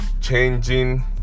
changing